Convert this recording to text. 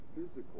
physical